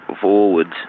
forwards